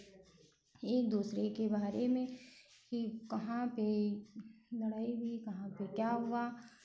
एक दूसरे के बारे में कि कहाँ पे लड़ाई हुई कहाँ पे क्या हुआ